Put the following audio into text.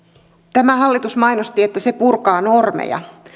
tämä hallitus mainosti että se purkaa normeja